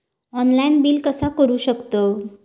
Online bill कसा करु शकतव?